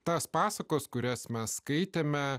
tos pasakos kurias mes skaitėme